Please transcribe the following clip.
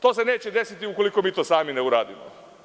To se neće desiti ukoliko mi to sami ne uradimo.